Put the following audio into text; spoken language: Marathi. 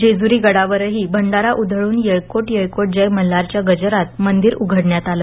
जेजूरी गडावरही भंडारा उधळून येळकोट येळकोट जय मल्हारच्या गजरात मंदिर उघडण्यात आलं